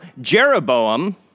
Jeroboam